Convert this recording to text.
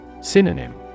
Synonym